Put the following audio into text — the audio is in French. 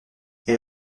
elle